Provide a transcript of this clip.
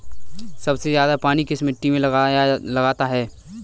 सबसे ज्यादा पानी किस मिट्टी में लगता है?